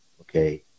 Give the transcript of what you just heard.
okay